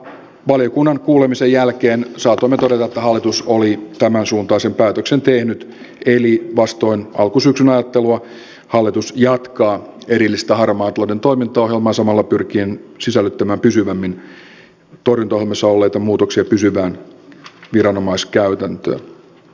valiokunnan kuulemisen jälkeen saatoimme todeta että hallitus oli tämänsuuntaisen päätöksen tehnyt eli vastoin alkusyksyn ajattelua hallitus jatkaa erillistä harmaan talouden toimintaohjelmaa samalla pyrkien sisällyttämään pysyvämmin torjuntaohjelmassa olleita muutoksia pysyvään viranomaiskäytäntöön